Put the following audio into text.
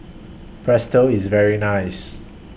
IS very nice